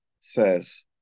says